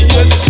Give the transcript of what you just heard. Yes